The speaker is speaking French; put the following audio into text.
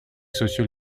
sociaux